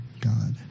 God